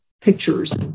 pictures